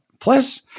Plus